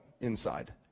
inside